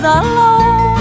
alone